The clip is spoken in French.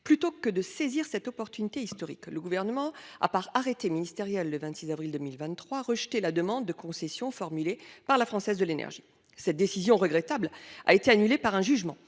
Plutôt que de saisir cette occasion historique, le Gouvernement a, par arrêté ministériel du 26 avril 2023, rejeté la demande de concession formulée par la Française de l’énergie. Cette décision regrettable a été annulée par un jugement